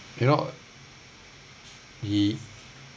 you know the